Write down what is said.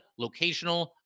locational